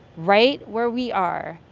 right where we are,